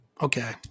Okay